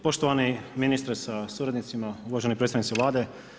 Poštovani ministre sa suradnicima, uvaženi predstavnici Vlade.